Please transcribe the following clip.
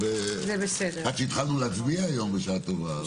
עד שהתחלנו להצביע היום, בשעה טובה.